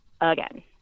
again